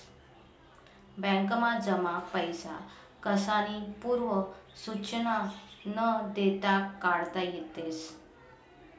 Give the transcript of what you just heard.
बॅकमा जमा पैसा कसानीच पूर्व सुचना न देता काढता येतस